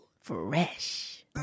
Fresh